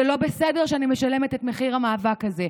זה לא בסדר שאני משלמת את מחיר המאבק הזה".